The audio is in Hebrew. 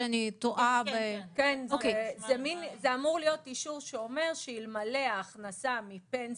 זה אמור להיות אישור שאומר שאלמלא ההכנסה מפנסיה,